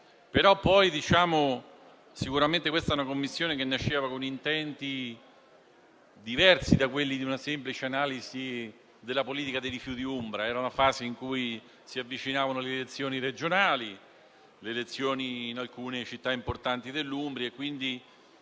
ma sicuramente questa Commissione nasceva con intenti diversi da quelli di una semplice analisi della politica dei rifiuti umbra. Ci trovavamo in una fase in cui si avvicinavano le elezioni regionali, le elezioni in alcune città importanti dell'Umbria